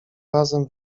razem